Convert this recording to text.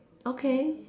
okay